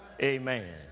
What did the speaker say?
Amen